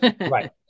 Right